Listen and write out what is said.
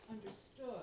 understood